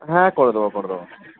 হ্যাঁ করে দেবো করে দেবো